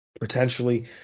potentially